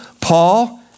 Paul